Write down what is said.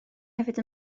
hefyd